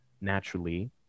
naturally